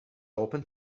open